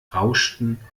rauschten